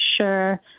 sure